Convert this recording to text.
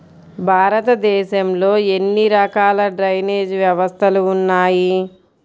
భారతదేశంలో ఎన్ని రకాల డ్రైనేజ్ వ్యవస్థలు ఉన్నాయి?